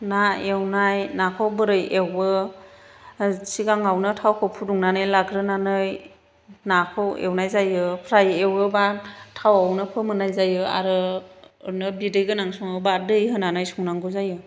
ना एवनाय नाखौ बोरै एवो सिगाङावनो थावखौ फुदुंनानै लाग्रोनानै नाखौ एवनाय जायो फ्राय एवोब्ला थावआवनो फोमोननाय जायो आरो ओरैनो बिदैगोनां सङोब्ला दै होनानै संनांगौ जायो